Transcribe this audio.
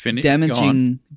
damaging